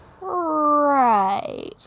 Right